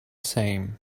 same